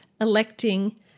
electing